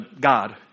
God